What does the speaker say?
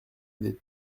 des